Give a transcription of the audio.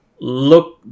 Look